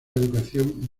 educación